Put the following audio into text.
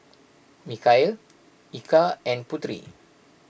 Mikhail Eka and Putri